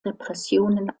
repressionen